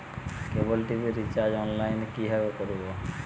কেবল TV recharge online এ কিভাবে করব?